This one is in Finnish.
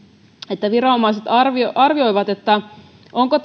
että viranomaiset arvioivat arvioivat onko